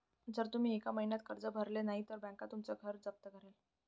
जर तुम्ही एका महिन्यात कर्ज भरले नाही तर बँक तुमचं घर जप्त करेल